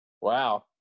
Wow